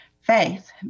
faith